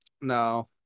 No